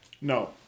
No